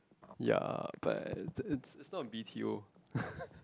ya but it's it's not a b_t_o